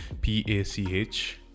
p-a-c-h